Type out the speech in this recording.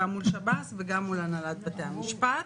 גם מול שב"ס וגם מול הנהלת בתי המשפט.